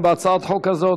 הוא גם בהצעת החוק הזאת.